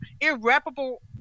irreparable